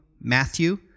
Matthew